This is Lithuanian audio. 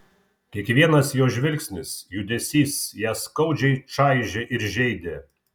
kiekvienas jo žvilgsnis judesys ją skaudžiai čaižė ir žeidė